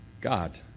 God